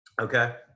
Okay